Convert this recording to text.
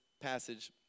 passage